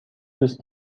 دوست